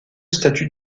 statut